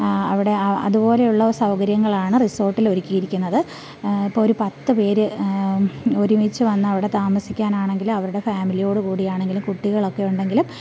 അവിടെ അതുപോലെയുള്ള സൗകര്യങ്ങളാണ് റിസോർട്ടിൽ ഒരിക്കിയിരിക്കുന്നത് ഇപ്പോൾ ഒരു പത്ത് പേർ ഒരുമിച്ച് വന്നവിടെ താമസിക്കാനാണെങ്കിലും അവരുടെ ഫാമിലിയോട് കൂടിയാണെങ്കിലും കുട്ടികളൊക്കെയുണ്ടെങ്കിലും